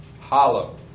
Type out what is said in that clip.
Hollow